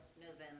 November